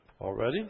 already